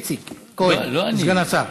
איציק כהן, סגן השר.